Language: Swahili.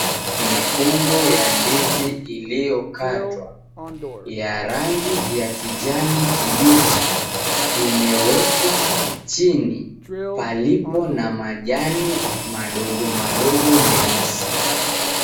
Mikungu ya ndizi iliyokatwa ya rangi ya kijani kibichi, imewekwa chini palipo na majani madogo madogo meusi.